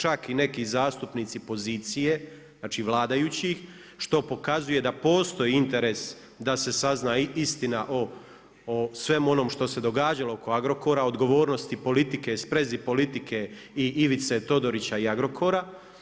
Čak i neki zastupnici pozicije, znači vladajući, što pokazuje da postoji interes da se sazna istina o svemu onom što se događalo oko Agrokora, odgovornosti i politike i sprezi politike i Ivice Todorića i Agrokora.